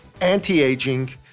anti-aging